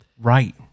right